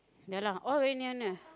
ya lah all very near near